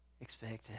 expected